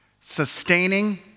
sustaining